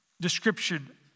description